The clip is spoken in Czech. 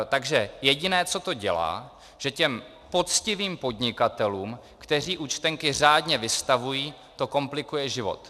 Takže jediné, co to dělá, že těm poctivým podnikatelům, kteří účtenky řádně vystavují, to komplikuje život.